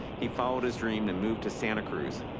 he followed his dream to move to santa cruz.